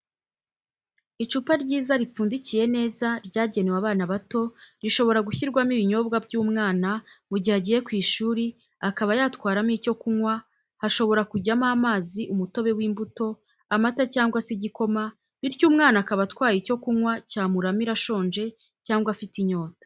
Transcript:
Icupa ryiza ripfundikiye neza ryagenewe abana bato rishobora gushyirwamo ibinyobwa by'umwana mu gihe agiye ku ishuri akaba yatwaramo icyo kunywa hashobora kujyamo amazi umutobe w'imbuto, amata cyangwa se igikoma bityo umwana akaba atwaye icyo kunywa cyamuramira ashonje cyangwa afite inyota.